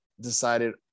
decided